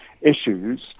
issues